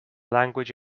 language